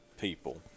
people